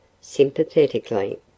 sympathetically